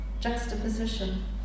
juxtaposition